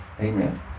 Amen